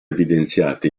evidenziati